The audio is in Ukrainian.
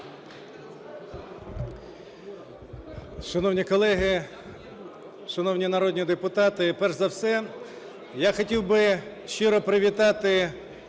Шановні колеги, шановні народні депутати! Перш за все я хотів би щиро привітати